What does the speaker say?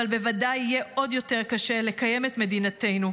אבל בוודאי יהיה עוד יותר קשה לקיים את מדינתנו.